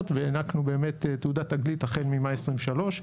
והענקנו באמת תעודת תגלית החל ממאי 2023,